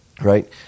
right